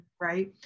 right